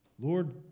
Lord